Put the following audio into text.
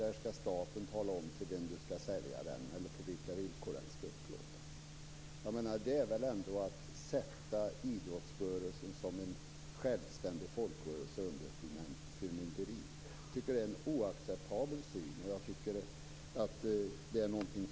Staten skall tala om för dig till vem eller på vilka villkor den skall upplåtas. Det är väl ändå att sätta idrottsrörelsen som självständig folkrörelse under förmynderi. Jag tycker att det är en oacceptabel syn.